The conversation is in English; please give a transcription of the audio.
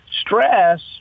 stress